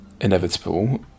inevitable